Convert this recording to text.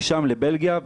משם לבלגיה,